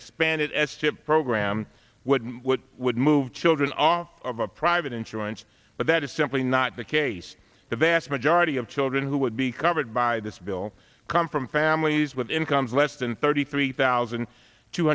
expanded s chip program would what would move children are a private insurance but that is simply not the case the vast majority of children who would be covered by this bill come from families with incomes less than thirty three thousand two